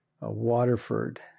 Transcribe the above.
Waterford